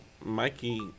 Mikey